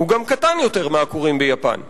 הוא גם קטן יותר מהכורים ביפן,